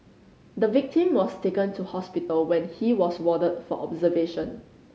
the victim was taken to hospital where he was warded for observation